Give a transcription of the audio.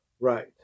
Right